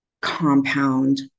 compound